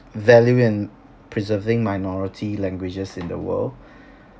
value in preserving minority languages in the world